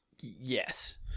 yes